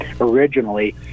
originally